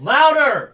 Louder